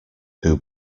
who